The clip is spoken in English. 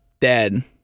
dead